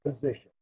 position